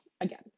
again